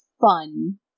fun